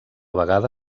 vegada